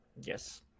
Yes